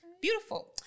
Beautiful